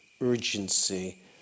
urgency